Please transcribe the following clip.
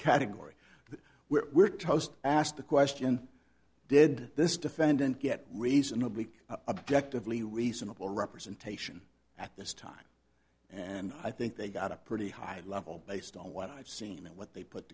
category that we were toast asked the question did this defendant get reasonably objectively reasonable representation at this time and i think they got a pretty high level based on what i've seen and what they put